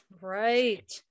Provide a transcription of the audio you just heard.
right